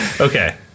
Okay